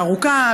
הארוכה,